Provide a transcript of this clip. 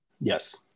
Yes